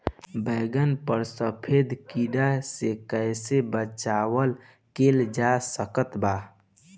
बैगन पर सफेद कीड़ा से कैसे बचाव कैल जा सकत बा?